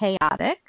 chaotic